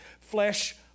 flesh